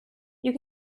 you